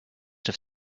have